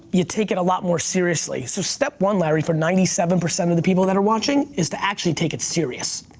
you take it a lot more seriously. so step one larry, for ninety seven percent of the people that are watching, is to actually take it serious.